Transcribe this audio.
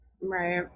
Right